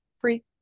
Free